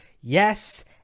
Yes